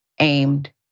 aimed